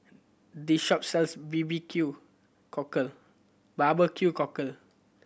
this shop sells B B Q Cockle barbecue cockle